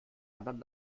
anderen